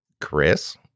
Chris